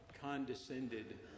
condescended